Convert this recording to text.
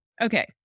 okay